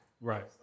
Right